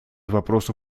вопросу